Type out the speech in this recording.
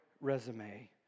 resume